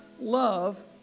love